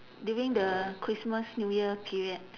during the christmas new year period